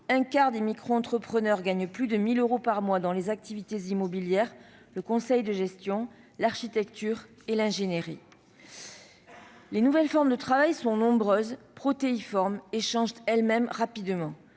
Un quart des microentrepreneurs gagnent plus de 1 000 euros par mois dans les activités immobilières, le conseil de gestion, l'architecture et l'ingénierie. Les nouvelles formes de travail sont nombreuses et protéiformes ; de surcroît, elles changent elles-mêmes rapidement.